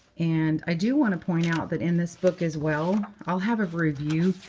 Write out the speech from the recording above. and i do want to point out that, in this book as well i'll have a review,